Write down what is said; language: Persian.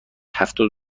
هفتاد